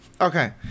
Okay